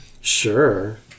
Sure